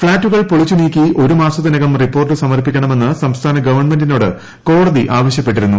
ഫ്ളാറ്റുകൾ പൊളിച്ച് നീക്കി ഒരുമാസത്തിനകം റിപ്പോർട്ട് സമർപ്പിക്കണമെന്ന് സംസ്ഥാന ഗവൺമെന്റിനോട് കോടതി ആവശ്യപ്പെട്ടിരുന്നു